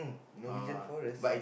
no region forest